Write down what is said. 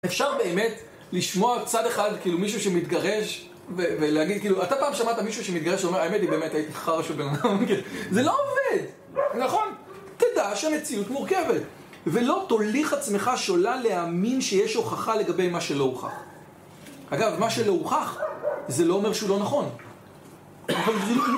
אפשר באמת לשמוע צד אחד, כאילו, מישהו שמתגרש ולהגיד, כאילו, אתה פעם שמעת מישהו שמתגרש ואומר, האמת היא באמת הייתי חרש ובן אדם, כן זה לא עובד, נכון? תדע שהמציאות מורכבת ולא תוליך עצמך שולל להאמין שיש הוכחה לגבי מה שלא הוכח אגב, מה שלא הוכח זה לא אומר שהוא לא נכון